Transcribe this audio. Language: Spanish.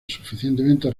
suficientemente